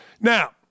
Now